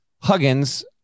Huggins